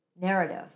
narrative